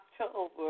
October